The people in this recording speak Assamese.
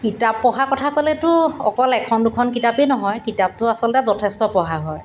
কিতাপ পঢ়া কথা ক'লেতো অকল এখন দুখন কিতাপেই নহয় কিতাপটো আচলতে যথেষ্ট পঢ়া হয়